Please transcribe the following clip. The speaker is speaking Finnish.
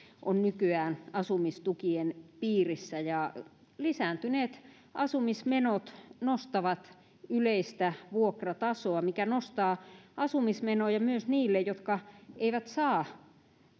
on nykyään asumistukien piirissä ja lisääntyneet asumismenot nostavat yleistä vuokratasoa mikä nostaa asumismenoja myös niille jotka eivät saa